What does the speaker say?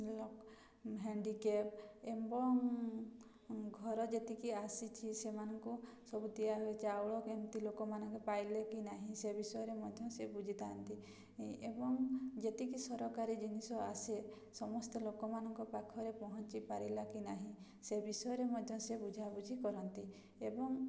handicapped ଏବଂ ଘର ଯେତିକି ଆସିଛି ସେମାନଙ୍କୁ ସବୁ ଦିଆହୁଏ ଚାଉଳ କେମିତି ଲୋକମାନଙ୍କ ପାଇଲେ କି ନାହିଁ ସେ ବିଷୟରେ ମଧ୍ୟ ସେ ବୁଝିଥାନ୍ତି ଏବଂ ଯେତିକି ସରକାରୀ ଜିନିଷ ଆସେ ସମସ୍ତେ ଲୋକମାନଙ୍କ ପାଖରେ ପହଞ୍ଚି ପାରିଲା କି ନାହିଁ ସେ ବିଷୟରେ ମଧ୍ୟ ସେ ବୁଝାବୁଝି କରନ୍ତି ଏବଂ